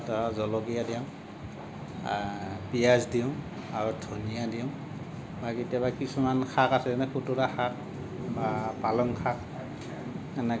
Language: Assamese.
মালপোৱাত জলকীয়া দিওঁ পিয়াজ দিওঁ আৰু ধনীয়া দিওঁ বা কেতিয়াবা কিছুমান শাক আছে নহয় খুতুৰা শাক বা পালেং শাক এনেকে